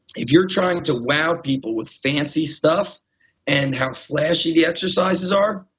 if you're trying to wow people with fancy stuff and how flashy the exercises are,